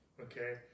Okay